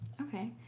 Okay